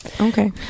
Okay